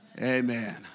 Amen